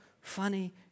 funny